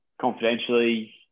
confidentially